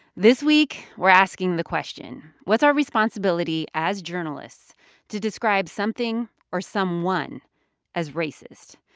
this week, we're asking the question what's our responsibility as journalists to describe something or someone as racist.